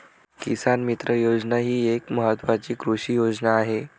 किसान मित्र योजना ही एक महत्वाची कृषी योजना आहे